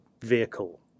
vehicle